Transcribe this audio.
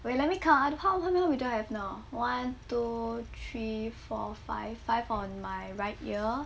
wait let me count ah how how have now one two three four five five on my right ear